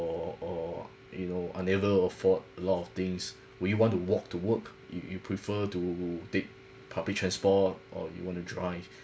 or or you know unable to afford a lot of things will you want to walk to work you you prefer to take public transport or you want to drive